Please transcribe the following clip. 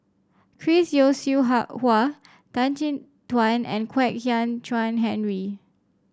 Chris Yeo Siew Hua Tan Chin Tuan and Kwek Hian Chuan Henry